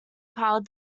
pile